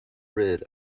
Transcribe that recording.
rid